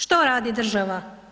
Što radi država?